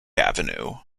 avenue